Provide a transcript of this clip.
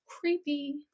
Creepy